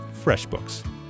FreshBooks